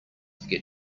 get